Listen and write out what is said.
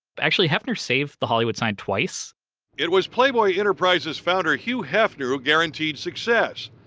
but actually hefner saved the hollywood sign twice it was playboy enterprises founder hugh hefner who guaranteed success.